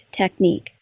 technique